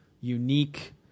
unique